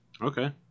Okay